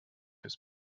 his